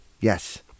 Yes